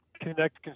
connect